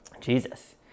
Jesus